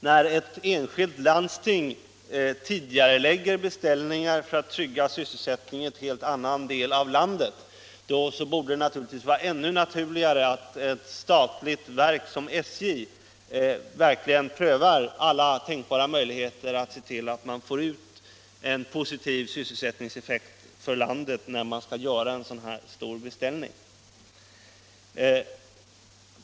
När ett landsting tidigarelägger beställningar för att trygga sysselsättningen i en helt annan del av landet borde det vara ännu naturligare att ett statligt verk som SJ verkligen prövar alla tänkbara möjligheter att få ut en positiv sysselsättningseffekt för landet när man skall göra en sådan här stor beställning.